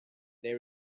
they